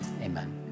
Amen